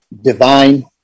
divine